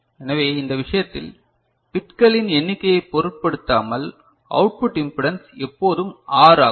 எனவே இந்த விஷயத்தில் பிட்களின் எண்ணிக்கையைப் பொருட்படுத்தாமல் அவுட்புட் இம்பிடன்ஸ் எப்போதும் ஆர் ஆகும்